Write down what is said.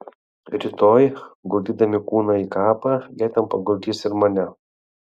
rytoj guldydami kūną į kapą jie ten paguldys ir mane